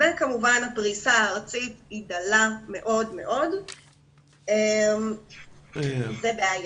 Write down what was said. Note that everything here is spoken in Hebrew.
כמובן הפריסה הארצית היא דלה מאוד מאוד וזה בעייתי.